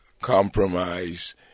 compromise